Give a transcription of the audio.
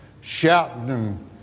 shouting